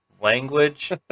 Language